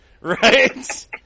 Right